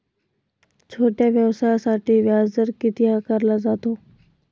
छोट्या व्यवसायासाठी व्याजदर किती आकारला जातो?